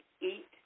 eat